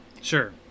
sure